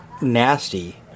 nasty